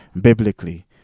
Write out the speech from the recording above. biblically